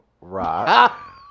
rock